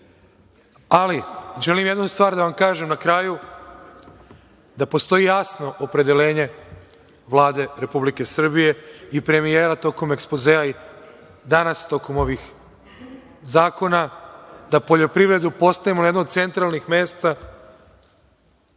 govorili. Želim jednu stvar da vam kažem na kraju, da postoji jasno opredeljenje Vlade Republike Srbije i premijera tokom ekspozea i danas tokom ovih zakona, da poljoprivredu postavimo na jedno od centralnih mesta,